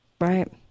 right